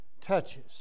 touches